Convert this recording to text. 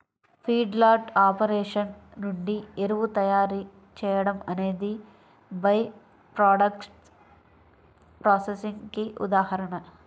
feedlot operation నుండి ఎరువు తయారీ చేయడం అనేది బై ప్రాడక్ట్స్ ప్రాసెసింగ్ కి ఉదాహరణ